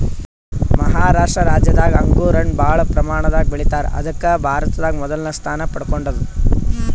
ಮಹಾರಾಷ್ಟ ರಾಜ್ಯದಾಗ್ ಅಂಗೂರ್ ಹಣ್ಣ್ ಭಾಳ್ ಪ್ರಮಾಣದಾಗ್ ಬೆಳಿತಾರ್ ಅದಕ್ಕ್ ಭಾರತದಾಗ್ ಮೊದಲ್ ಸ್ಥಾನ ಪಡ್ಕೊಂಡದ್